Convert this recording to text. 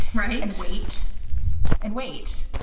write and wait and wait.